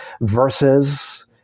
versus